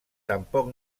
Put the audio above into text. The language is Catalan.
tampoc